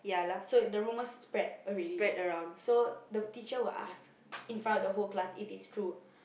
so the rumours spread already so the teacher will ask in front of the whole class if it's true